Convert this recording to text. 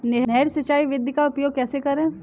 नहर सिंचाई विधि का उपयोग कैसे करें?